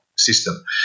system